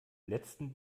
letzten